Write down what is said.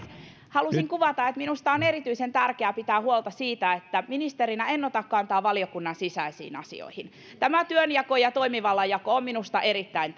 halusin kuvata että minusta on erityisen tärkeää pitää huolta siitä että ministerinä en ota kantaa valiokunnan sisäisiin asioihin tämä työnjako ja toimivallan jako on minusta erittäin